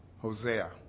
Hosea